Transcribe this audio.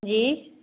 जी